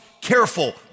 careful